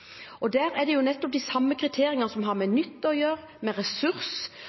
Der er det nettopp de kriteriene som har med nytte å gjøre, med ressurs